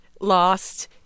lost